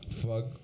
fuck